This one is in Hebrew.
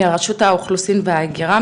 מרשות האוכלוסין וההגירה,